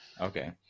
Okay